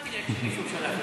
שמתי לב שמישהו שלח לך.